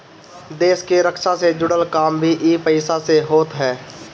देस के रक्षा से जुड़ल काम भी इ पईसा से होत हअ